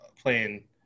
playing